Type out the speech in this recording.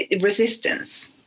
resistance